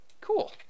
Cool